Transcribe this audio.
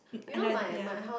and I ya